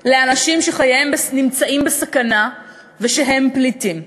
לאנשים שחייהם נמצאים בסכנה והם פליטים.